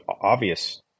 obvious